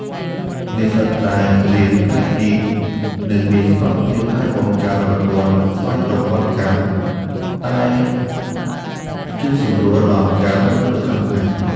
និស្សិតដែលរៀនផ្នែកនេះនឹងមានសមត្ថភាពអាចបង្កើតប្រព័ន្ធស្វ័យប្រវត្តិកម្មដែលជួយសម្រួលដល់ការរស់នៅប្រចាំថ្ងៃ។